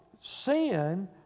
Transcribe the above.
sin